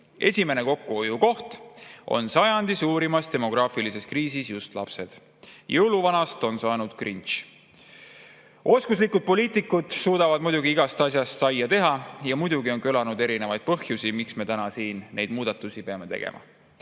Esimene kokkuhoiukoht on sajandi suurimas demograafilises kriisis just lapsed. Jõuluvanast on saanud Grinch. Oskuslikud poliitikud suudavad muidugi igast asjast saia teha ja muidugi on kõlanud erinevaid põhjusi, miks me täna siin neid muudatusi peame tegema.